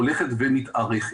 הולכת מתארכת.